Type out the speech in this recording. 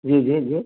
जी जी जी